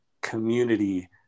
community